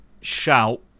shout